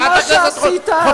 חברת הכנסת חוטובלי,